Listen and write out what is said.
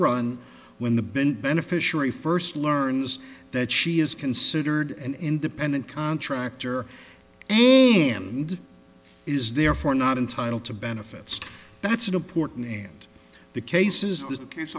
run when the bin beneficiary first learns that she is considered an independent contractor and is therefore not entitled to benefits that's an important and the case i